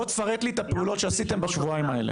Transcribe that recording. בוא תפרט לי את הפעולות שעשיתם בשבועיים האלה.